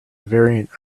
variant